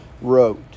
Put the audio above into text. wrote